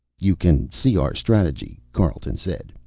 you can see our strategy, carleton said.